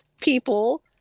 people